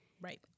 Right